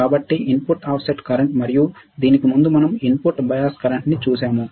కాబట్టి input offset current మరియు దీనికి ముందు మనం ఇన్పుట్ బయాస్ కరెంట్ ని చూశాము